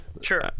Sure